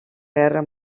guerra